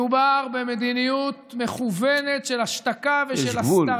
מדובר במדיניות מכוונת של השתקה ושל הסתרה,